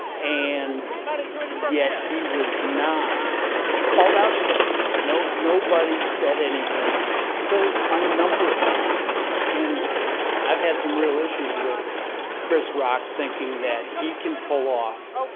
and yet he was not called out for it. nobody said anything until a number of days later. and i've had some real issues with chris rock thinking that he can pull off